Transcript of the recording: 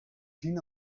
zien